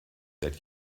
seit